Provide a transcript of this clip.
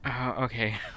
Okay